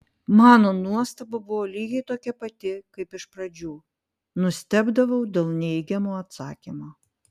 mano nuostaba buvo lygiai tokia pati kaip iš pradžių nustebdavau dėl neigiamo atsakymo